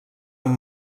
amb